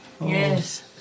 yes